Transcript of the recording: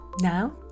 Now